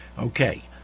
Okay